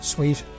Sweet